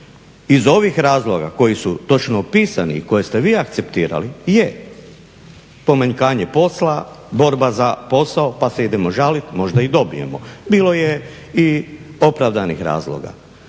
Iz ovih razloga koji su točno opisani i koje ste vi akceptirali. Je, pomanjkanje posla, borba za posao pa se idemo žaliti možda i dobijemo. Bilo je i opravdanih razloga.